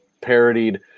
parodied